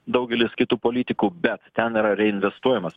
daugelis kitų politikų bet ten yra reinvestuojamas